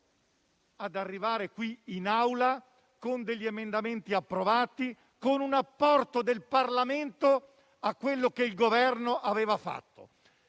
di arrivare in Assemblea con degli emendamenti approvati e con un apporto del Parlamento a quello che il Governo aveva fatto.